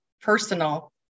personal